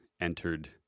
entered